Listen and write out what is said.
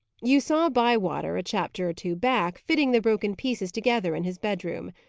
you saw bywater, a chapter or two back, fitting the broken pieces together in his bedroom.